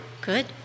Good